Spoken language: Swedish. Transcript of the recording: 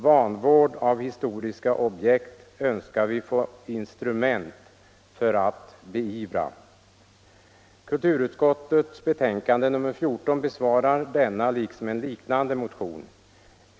Vi vill vidare få instrument för att beivra vanvård av historiska objekt. Kulturutskottets betänkande nr 14 besvarar denna liksom en liknande motion.